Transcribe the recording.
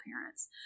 parents